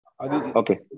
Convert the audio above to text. okay